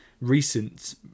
recent